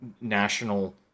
national